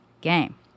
game